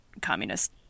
communist